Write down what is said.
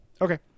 Okay